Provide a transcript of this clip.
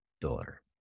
daughter